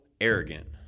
arrogant